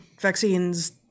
vaccines